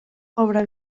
cobra